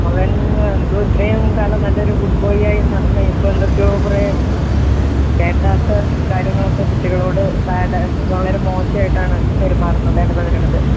അവൻ എന്തോ ഇത്രയും കാലം നല്ലൊരു ഗുഡ് ബോയ് ആയി നടന്ന് ഇപ്പോൾ എന്തൊക്കെയോ കുറേ വേണ്ടാത്ത കാര്യങ്ങളൊക്കെ കുട്ടികളോട് ബാഡ് വളരെ മോശമായിട്ടാണ് പെരുമാറുന്നത് ഇടപഴകുന്നത്